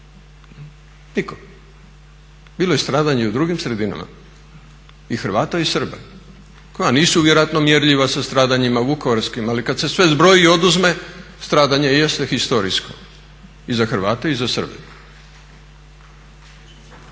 nitko. Bilo je stradanja i u drugim sredinama i Hrvata i Srba koja nisu vjerojatno mjerljiva sa stradanjima vukovarskim ali kad se sve zbroji i oduzme stradanje jeste historijsko i za Hrvate i za Srbe. Ali